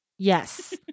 Yes